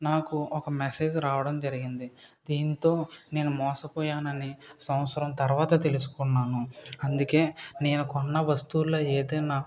నాకు ఒక మెసేజ్ రావడం జరిగింది దీంతో నేను మోసపోయానని సంవత్సరం తర్వాత తెలుసుకున్నాను అందుకే నేను కొన్న వస్తువులో ఏదైనా